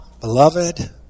beloved